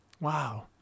wow